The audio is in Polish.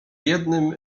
jednym